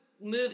move